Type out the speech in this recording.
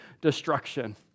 destruction